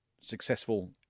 successful